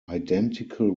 identical